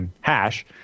hash